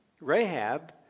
Rahab